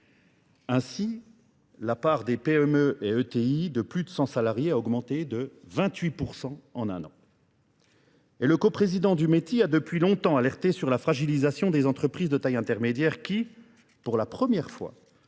Ainsi, la part des PME et ETI de plus de 100 salariés a augmenté de 28% en un an. et le coprésident du métier a depuis longtemps alerté sur la fragilisation des entreprises de taille intermédiaire qui, pour la première fois,